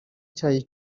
cyayi